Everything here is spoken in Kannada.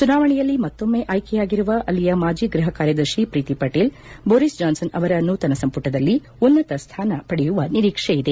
ಚುನಾವಣೆಯಲ್ಲಿ ಮತ್ತೊಮ್ತೆ ಆಯ್ಲೆಯಾಗಿರುವ ಅಲ್ಲಿಯ ಮಾಜಿ ಗೃಹ ಕಾರ್ಯದರ್ತಿ ಪ್ರೀತಿ ಪಟೇಲ್ ಬೋರಿಸ್ ಜಾನ್ಲನ್ ಅವರ ನೂತನ ಸಂಪುಟದಲ್ಲಿ ಉನ್ನತ ಸ್ಥಾನ ಪಡೆಯುವ ನಿರೀಕ್ಷೆ ಇದೆ